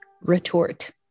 retort